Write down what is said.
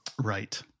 Right